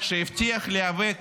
שהבטיח להיאבק